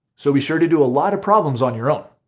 so be sure to do a lot of problems on your own.